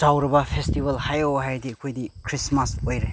ꯆꯥꯎꯔꯒ ꯐꯦꯁꯇꯤꯕꯜ ꯍꯥꯏꯌꯣ ꯍꯥꯏꯔꯗꯤ ꯑꯩꯈꯣꯏꯗꯤ ꯈ꯭ꯔꯤꯁꯃꯥꯁ ꯑꯣꯏꯔꯦ